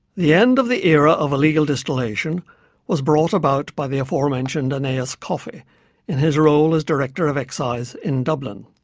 the end of the era of illegal distillation was brought about by the aforementioned aeneas coffey in his role as director of excise in dublin.